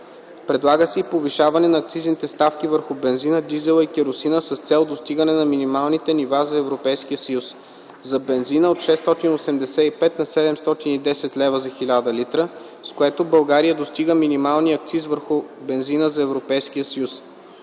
Предлага се и повишаване на акцизните ставки върху бензина, дизела и керосина с цел достигане на минималните нива за ЕС: - за бензина - от 685 на 710 лв. за 1000 л, с което България достига минималния акциз върху бензина за ЕС;